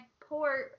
port